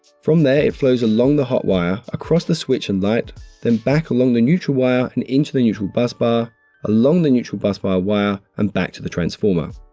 from there it flows along the hot wire, across the switch and light then back along the neutral wire and into the neutral bus bar along the neutral bus bus wire and back to the transformer.